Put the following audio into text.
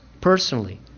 personally